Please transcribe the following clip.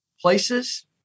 places